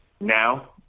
now